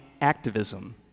activism